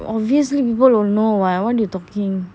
obviously people will know what you talking